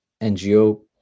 NGO